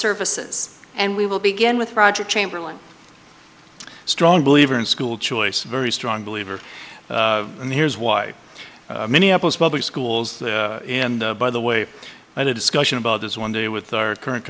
services and we will begin with roger chamberlain strong believer in school choice very strong believer and here's why minneapolis public schools and by the way and a discussion about this one day with our current